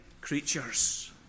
creatures